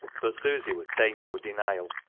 but susy would take no denial.